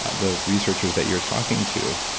ah the researchers that you're talking to,